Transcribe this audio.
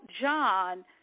John